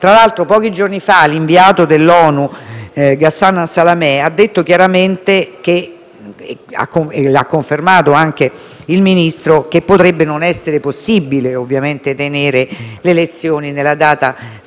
Tra l'altro, pochi giorni fa l'inviato dell'ONU Ghassan Salamé ha detto chiaramente - l'ha confermato anche il Ministro - che potrebbe non essere possibile tenere le elezioni nella data fissata,